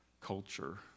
culture